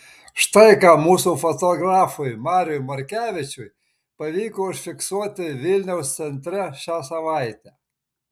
štai ką mūsų fotografui mariui morkevičiui pavyko užfiksuoti vilniaus centre šią savaitę